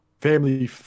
family